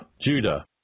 Judah